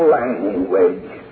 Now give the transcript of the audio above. language